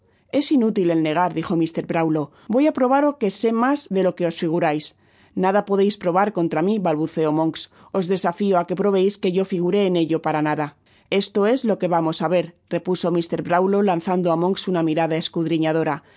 es inútil el negar dijo mr brownlow voy á probaro que sé mas de lo que os figuráis nada podeisprobar contra mi balbuceó monks os desafio á que probeis que yo figuré en ello para nada esto que vamos á ver repuso mr brownlow lanzando á monks una mirada escudriñadora perdi á